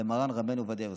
למרן רבנו עובדיה יוסף,